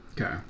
Okay